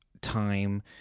time